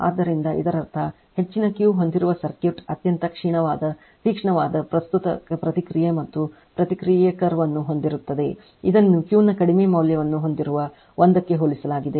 ಆದ್ದರಿಂದ ಇದರರ್ಥ ಹೆಚ್ಚಿನ Q ಹೊಂದಿರುವ ಸರ್ಕ್ಯೂಟ್ ಅತ್ಯಂತ ತೀಕ್ಷ್ಣವಾದ ಪ್ರಸ್ತುತ ಪ್ರತಿಕ್ರಿಯೆ ಮತ್ತು ಪ್ರತಿಕ್ರಿಯೆ ಕರ್ವ್ ಅನ್ನು ಹೊಂದಿರುತ್ತದೆ ಇದನ್ನು Qನ ಕಡಿಮೆ ಮೌಲ್ಯವನ್ನು ಹೊಂದಿರುವ ಒಂದಕ್ಕೆ ಹೋಲಿಸಲಾಗುತ್ತದೆ